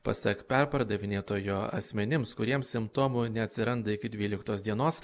pasak perpardavinėtojo asmenims kuriems simptomų neatsiranda iki dvyliktos dienos